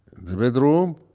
the bedroom?